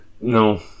No